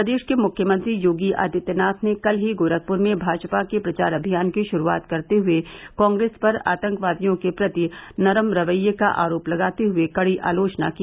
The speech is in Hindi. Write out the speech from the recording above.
प्रदेश के मुख्यमंत्री योगी आदित्यनाथ ने कल ही गोरखपुर में भाजपा के प्रचार अभियान की शुरूआत करते हुए कॉंग्रेस पर आतंकवादियों के प्रति नरम रवैये का अरोप लगाते हुए कड़ी आलोचना की